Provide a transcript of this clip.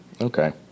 Okay